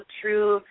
true